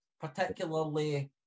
particularly